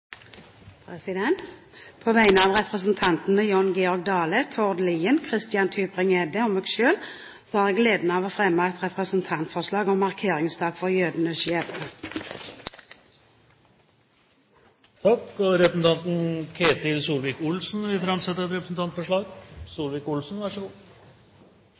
representantforslag. På vegne av representantene Jon Georg Dale, Tord Lien, Christian Tybring-Gjedde og meg selv har jeg gleden av å fremme et representantforslag om en markeringsdag for jødenes skjebne. Representanten Ketil Solvik-Olsen vil framsette et representantforslag.